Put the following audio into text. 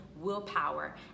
willpower